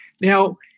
Now